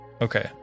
Okay